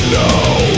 now